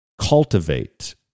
Cultivate